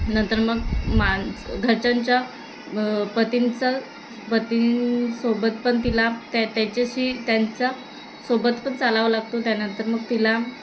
नंतर मग माणसं घरच्यांच्या पतींचं पतींसोबत पण तिला त्या त्याच्याशी त्यांचा सोबत पण चालावं लागतो त्यानंतर मग तिला